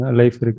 life